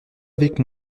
avec